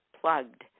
plugged